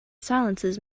silences